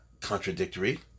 contradictory